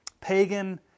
Pagan